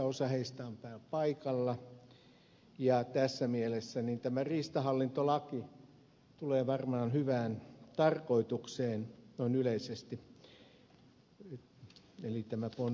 osa heistä on täällä paikalla ja tässä mielessä tämä riistahallintolaki tulee varmaan hyvään tarkoitukseen noin yleisesti eli bona fide